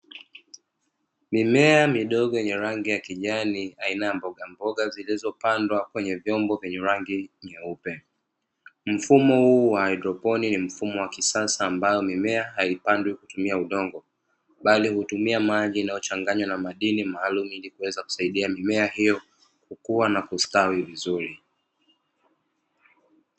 Mimea midogo yenye rangi ya kijani aina ya mbogamboga zilizopandwa kwenye vyombo vyenye rangi nyeupe, mfumo huu wa haidroponi ni mfumo wa kisasa ambao mimea haipandwi kutumia udongo bali hutumia maji na uchanganywa na madini maalum ili kuweza kusaidia mimea hiyo kukuwa na kustawi vizuri.